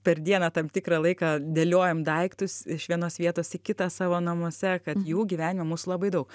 per dieną tam tikrą laiką dėliojam daiktus iš vienos vietos į kitą savo namuose kad jų gyvenime mūsų labai daug